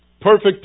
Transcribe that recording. Perfect